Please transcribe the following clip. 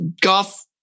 Golf